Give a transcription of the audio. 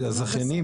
אלה הזכיינים,